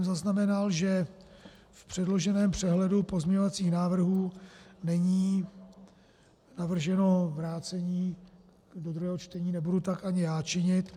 Zaznamenal jsem, že v předloženém přehledu pozměňovacích návrhů není navrženo vrácení do druhého čtení, nebudu tak ani já činit.